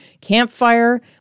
campfire